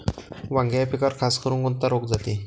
वांग्याच्या पिकावर खासकरुन कोनचा रोग जाते?